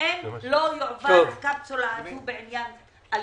אם לא תועבר הקפסולה הזאת בעניין האלימות,